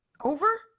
over